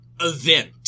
event